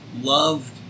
loved